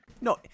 No